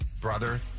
brother